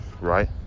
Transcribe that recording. right